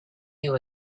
you